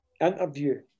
interview